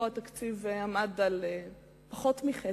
פה התקציב עמד על פחות מחצי.